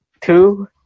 two